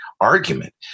argument